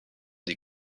des